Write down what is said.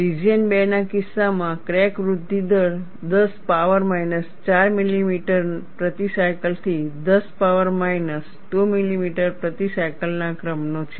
region 2 ના કિસ્સામાં crack વૃદ્ધિ દર 10 પાવર માઈનસ 4 મિલીમીટર પ્રતિ સાયકલથી 10 પાવર માઈનસ 2 મિલીમીટર પ્રતિ સાયકલના ક્રમનો છે